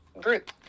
group